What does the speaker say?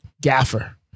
Gaffer